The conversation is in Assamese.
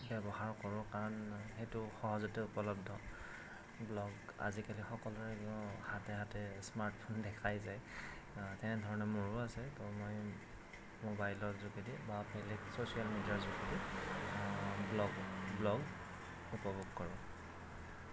ব্যৱহাৰ কৰোঁ কাৰণ সেইটো সহজতে উপলব্ধ ব্ল'গ অজিকালি সকলোৰে ইনেও হাতে হাতে স্মাৰ্ট ফ'ন দেখাই যায় তেনেধৰণে মোৰো আছে ত' মই ম'বাইলৰ যোগেদি বা বেলেগ চ'ছিয়েল মিডিয়াৰ যোগেদি ব্ল'গ ব্ল'গ উপভোগ কৰোঁ